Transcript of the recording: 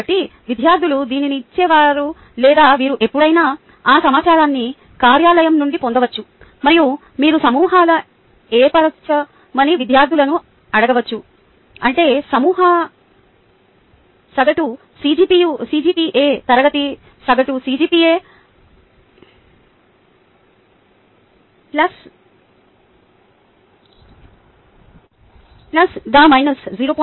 కాబట్టి విద్యార్థులు దీనిని ఇచ్చేవారు లేదా మీరు ఎప్పుడైనా ఆ సమాచారాన్ని కార్యాలయం నుండి పొందవచ్చు మరియు మీరు సమూహాలను ఏర్పరచమని విద్యార్థులను అడగవచ్చు అంటే సమూహ సగటు CGPA తరగతి సగటు CGPA ప్లస్ లేదా మైనస్ 0